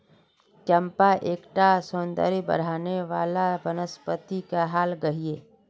चंपा एक टा सौंदर्य बढाने वाला वनस्पति कहाल गहिये